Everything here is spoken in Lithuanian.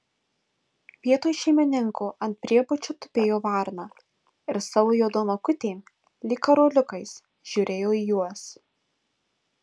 vietoj šeimininko ant priebučio tupėjo varna ir savo juodom akutėm lyg karoliukais žiūrėjo į juos